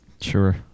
Sure